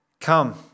Come